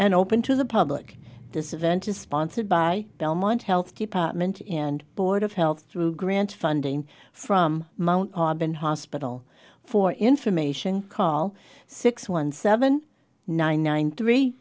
and open to the public this event is sponsored by belmont health department and board of health through grant funding from mount auburn hospital for information call six one seven nine nine three